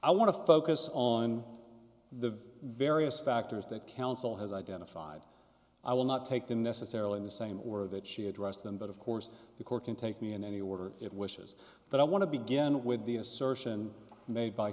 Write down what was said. i want to focus on the various factors that counsel has identified i will not take them necessarily in the same order that she addressed them but of course the court can take me in any order it wishes but i want to begin with the assertion made by